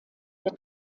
der